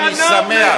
אני שמח.